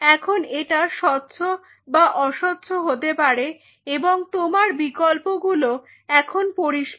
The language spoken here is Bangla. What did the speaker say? এখন এটা স্বচ্ছ বা অস্বচ্ছ হতে পারে এবং তোমার বিকল্পগুলো এখন পরিষ্কার